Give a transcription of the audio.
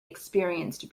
experienced